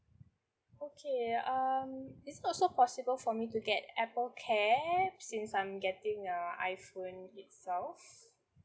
okay ya um is it also possible for me to get apple care since I'm getting a iphone itself